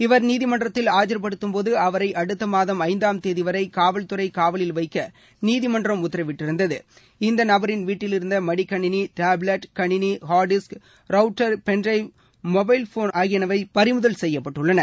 இவர் நீதிமன்றத்தில் ஆஜ்படுத்தும் போது அவரை அடுத்த மாதம் ஐந்தாம் தேதி வரை காவல்துறை காவலில் வைக்க நீதிமன்றம் உத்தரவிட்டிருந்தது இந்த நபரின் வீட்டிலிருந்த மடிக் கணிவி டேப்லட் கணிவி hard disk router pendrive mobile phone ஆகியன பறிமுதல் செய்யப்பட்டுள்ளனர்